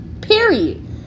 period